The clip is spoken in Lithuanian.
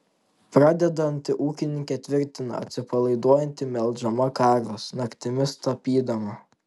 pradedanti ūkininkė tvirtina atsipalaiduojanti melždama karves naktimis tapydama